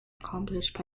accomplished